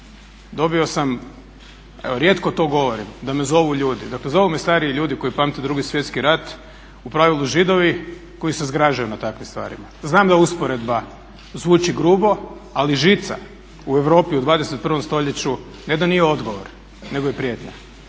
Dobio sam, evo rijetko to govorim da me zovu ljudi. Dakle, zovu me stariji ljudi koji pamte Drugi svjetski rat u pravilu Židovi koji se zgražaju nad takvim stvarima. Znam da usporedba zvuči grubo, ali žica u Europi u 21. stoljeću ne da nije odgovor, nego je prijetnja.